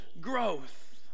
growth